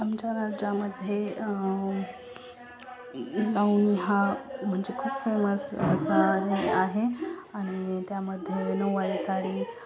आमच्या राज्यामध्ये लावणी हा म्हणजे खूप फेमस असा हे आहे आणि त्यामध्ये नऊवारी साडी